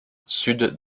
sud